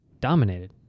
dominated